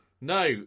No